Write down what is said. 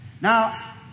Now